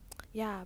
um ya